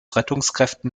rettungskräften